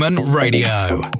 Radio